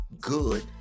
good